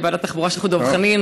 בוועדת התחבורה של דב חנין,